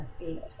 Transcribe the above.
eight